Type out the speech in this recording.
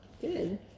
Good